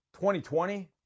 2020